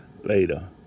Later